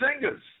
singers